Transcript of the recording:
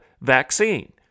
vaccine